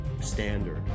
standard